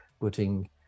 putting